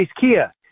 Kia